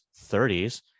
30s